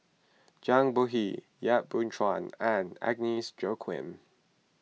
Zhang Bohe Yap Boon Chuan and Agnes Joaquim